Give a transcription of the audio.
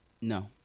No